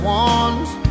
one's